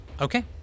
okay